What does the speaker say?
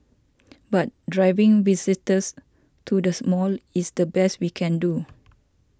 but driving visitors to the small is the best we can do